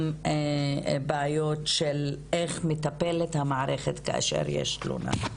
גם בעיות של איך מטפלת המערכת כאשר יש תלונה.